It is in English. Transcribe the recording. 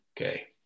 Okay